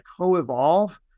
co-evolve